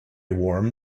warm